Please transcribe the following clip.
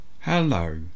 Hello